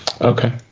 Okay